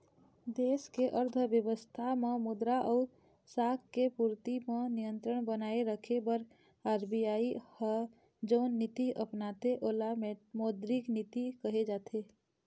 देस के अर्थबेवस्था म मुद्रा अउ साख के पूरति म नियंत्रन बनाए रखे बर आर.बी.आई ह जउन नीति अपनाथे ओला मौद्रिक नीति कहे जाथे